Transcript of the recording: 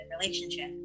relationship